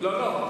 לא,